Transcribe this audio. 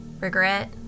Regret